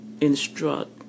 instruct